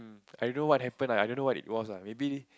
I don't know what happen ah I don't know what it was ah maybe